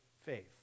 faith